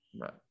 Right